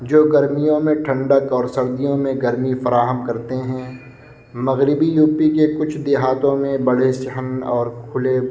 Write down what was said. جو گرمیوں میں ٹھنڈک اور سردیوں میں گرمی فراہم کرتے ہیں مغربی یوپی کے کچھ دیہاتوں میں بڑے صحن اور کھلے